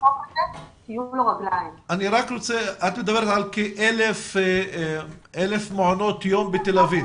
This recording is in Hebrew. את מדברת על כ-1,000 מסגרות בתל אביב.